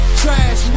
trash